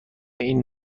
این